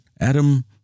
Adam